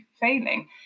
failing